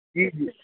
جی جی